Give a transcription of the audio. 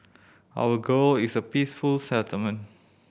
our goal is a peaceful settlement